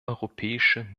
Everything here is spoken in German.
europäische